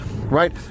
right